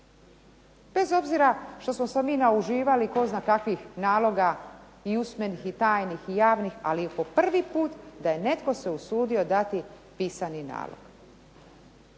Bez obzira što smo se mi nauživali tko zna kakvih naloga i usmenih i tajnih i javnih, ali je po prvi put da je netko se usudio dati pisani nalog.